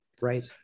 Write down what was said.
Right